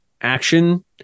action